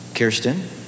Kirsten